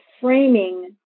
framing